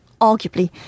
arguably